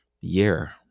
year